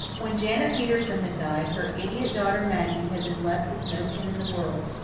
when janet peterson had died, her idiot daughter, maggie, had been left with no kin in the world.